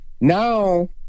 now